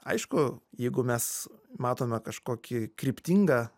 aišku jeigu mes matome kažkokį kryptingą